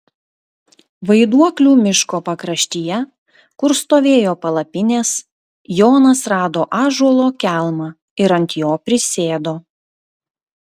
vaiduoklių miško pakraštyje kur stovėjo palapinės jonas rado ąžuolo kelmą ir ant jo prisėdo